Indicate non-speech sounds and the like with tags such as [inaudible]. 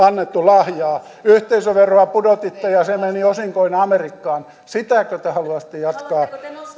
[unintelligible] annettu lahjaa yhteisöveroa pudotitte ja se meni osinkoina amerikkaan sitäkö te haluaisitte jatkaa